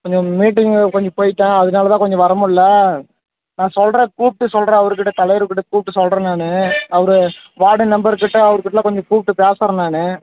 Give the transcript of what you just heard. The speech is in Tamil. கொஞ்சம் மீட்டிங்கு கொஞ்சம் போயிட்டேன் அதனாலதான் கொஞ்சம் வரமுடில நான் சொல்கிறேன் கூப்பிட்டு சொல்கிறேன் அவருகிட்ட தலைவரு கிட்ட கூப்பிட்டு சொல்கிறேன் நானு அவரு வார்டு மெம்பர் கிட்ட அவருகிட்டலான் கொஞ்சம் கூப்பிட்டு பேசுகிறேன் நான்